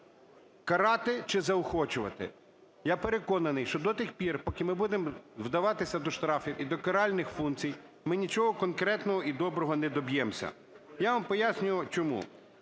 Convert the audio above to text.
карати чи заохочувати? Я переконаний, що до тих пір, поки ми будемо вдаватися до штрафів і до каральних функцій, ми нічого конкретного і доброго не доб'ємося. Я вам поясню, чому.